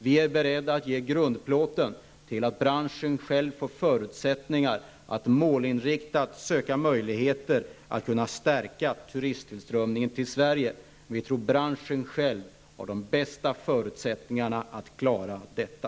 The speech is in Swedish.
Vi är beredda att ge grundplåten till att branschen själv får förutsättningar att målinriktat söka möjligheter att stärka turisttillströmningen till Sverige. Men vi tror att branschen själv har de bästa förutsättningarna att klara detta.